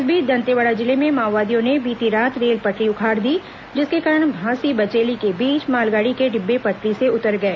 इस बीच दंतेवाड़ा जिले में माओवादियों ने बीती रात रेल पटरी उखाड़ दी जिसके कारण भांसी बचेली के बीच मालगाड़ी के डिब्बे पटरी से उतर गए